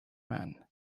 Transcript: man